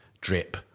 drip